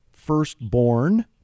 Firstborn